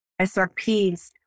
SRPs